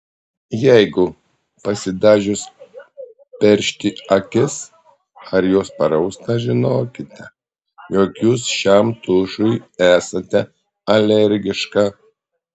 jeigu pasidažius peršti akis ar jos parausta žinokite jog jūs šiam tušui esate alergiška